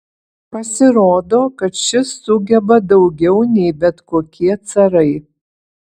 pasirodo kad šis sugeba daugiau nei bet kokie carai